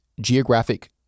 geographic